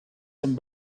some